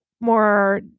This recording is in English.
more